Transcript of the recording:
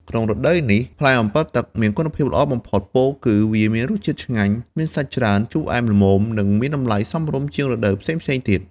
ក្នុងរដូវនេះ ផ្លែអម្ពិលទឹកមានគុណភាពល្អបំផុត ពោលគឺវាមានរសជាតិឆ្ងាញ់ មានសាច់ច្រើន ជូរអែមល្មម និងមានតម្លៃសមរម្យជាងរដូវផ្សេងៗទៀត។